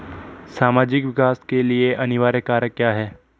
सामाजिक विकास के लिए अनिवार्य कारक क्या है?